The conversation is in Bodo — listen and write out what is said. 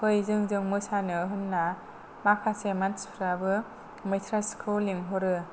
फै जोंजों मोसानो होनना माखासे मानसिफ्राबो मैथास्रिखौ लेंहरो